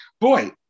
boy